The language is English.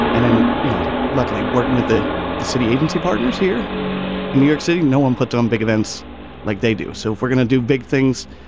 and then, you know, luckily working with the the city agency partners here in new york city, no one put on big events like they do so if we're gonna do big things,